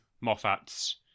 Moffat's